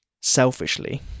selfishly